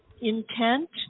intent